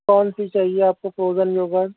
کون سی چاہیے آپ کو پروجن یو گرڈ